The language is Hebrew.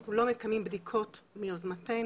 אנחנו לא מקיימים בדיקות מיוזמתנו,